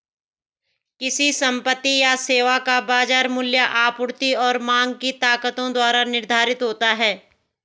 किसी संपत्ति या सेवा का बाजार मूल्य आपूर्ति और मांग की ताकतों द्वारा निर्धारित होता है